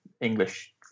English